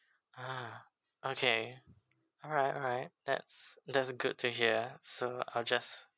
uh okay alright alright that's that's good to hear so I'll just